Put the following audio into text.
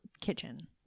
kitchen